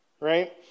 right